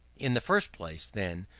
in the first place, then,